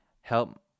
Help